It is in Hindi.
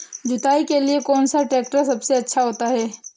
जुताई के लिए कौन सा ट्रैक्टर सबसे अच्छा होता है?